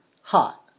hot